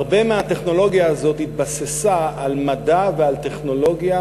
הרבה מהטכנולוגיה הזאת התבססה על מדע ועל טכנולוגיה